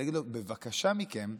ולהגיד לו: בבקשה מכם,